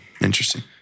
interesting